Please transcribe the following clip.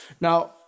now